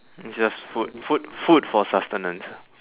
it's just food food food for sustenance ya